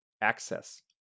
access